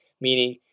meaning